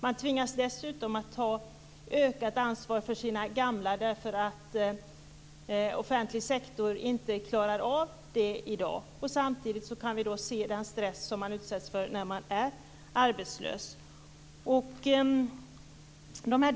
Man tvingas dessutom ta ökat ansvar för sina gamla, eftersom den offentliga sektorn i dag inte klarar av det. Samtidigt vet vi vilken stress man utsätts för när man är arbetslös.